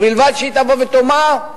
ובלבד שהיא תבוא ותאמר: